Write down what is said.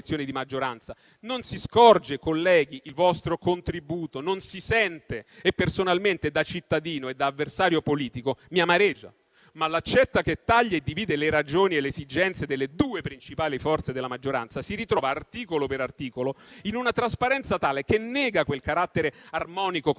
non si scorge, colleghi, il vostro contributo e non si sente; personalmente, da cittadino e da avversario politico, mi amareggia. Ma l'accetta che taglia e divide le ragioni e le esigenze delle due principali forze della maggioranza si ritrova, articolo per articolo, in una trasparenza tale che nega quel carattere armonico, comprensivo